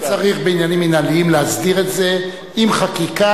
צריך בעניינים מינהליים להסדיר את זה עם חקיקה.